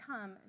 come